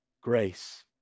grace